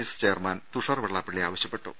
S chairman Thushar Vellappally ആവശ്യപ്പെട്ടു